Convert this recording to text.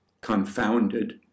confounded